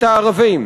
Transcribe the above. את הערבים.